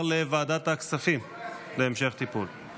חקיקה להשגת יעדי התקציב לשנות התקציב 2017 2018)